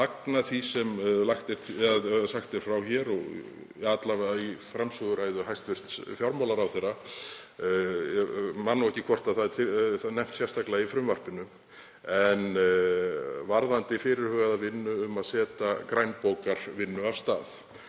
fagna því sem sagt er frá hér og alla vega í framsöguræðu hæstv. fjármálaráðherra, ég man ekki hvort það er nefnt sérstaklega í frumvarpinu, varðandi fyrirhugaða vinnu um að setja grænbókarvinnu af stað.